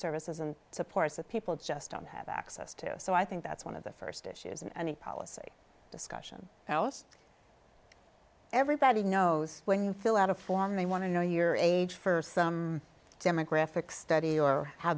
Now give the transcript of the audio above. services and supports that people just don't have access to so i think that's one of the st issues and the policy discussion house everybody knows when you fill out a form they want to know your age for some demographic study or how